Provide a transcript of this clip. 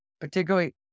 particularly